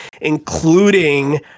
including